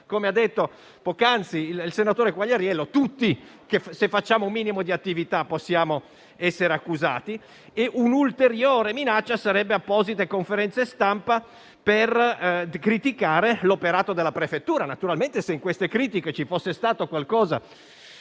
come ha detto poc'anzi il senatore Quagliariello, tutti, facendo un minimo di attività, potremmo essere accusati. Un'ulteriore minaccia sarebbe costituita da apposite conferenze stampa per criticare l'operato della prefettura. Naturalmente se in queste critiche ci fosse stato qualcosa